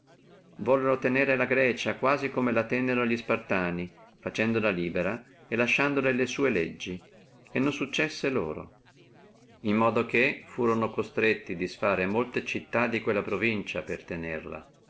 vollono tenere la grecia quasi come tennono li spartani faccendola libera e lasciandoli le sua legge e non successe loro in modo che furono costretti disfare molte città di quella provincia per tenerla